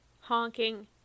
honking